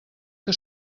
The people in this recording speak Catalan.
que